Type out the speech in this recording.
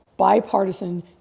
bipartisan